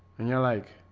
and you're like